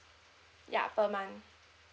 ya per month